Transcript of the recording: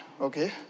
okay